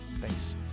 Thanks